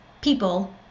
people